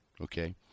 okay